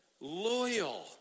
Loyal